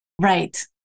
Right